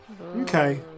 Okay